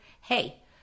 hey